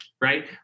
right